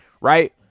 right